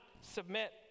submit